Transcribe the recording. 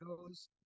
goes